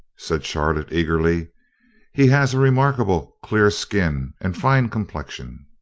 said charlotte eagerly he has a remarkable clear skin and fine complexion.